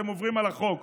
אתם עוברים על החוק.